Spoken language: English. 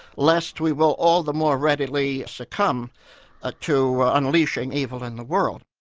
lest we will all the more readily succumb ah to unleashing evil in the world.